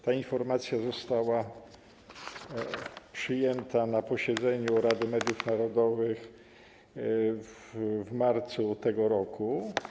Ta informacja została przyjęta na posiedzeniu Rady Mediów Narodowych 9 marca tego roku.